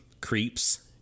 creeps